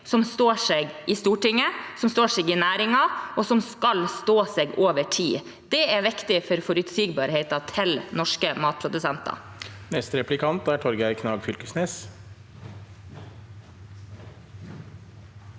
som står seg i Stortinget, som står seg i næringen, og som skal stå seg over tid. Det er viktig for forutsigbarheten til norske matprodusenter. Torgeir Knag Fylkesnes